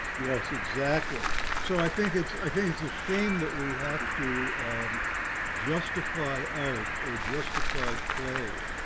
yes, exactly. so i think it's, i think it's a shame that we have to justify art or justify play,